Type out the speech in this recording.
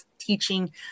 Teaching